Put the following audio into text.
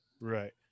Right